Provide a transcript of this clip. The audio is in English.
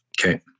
Okay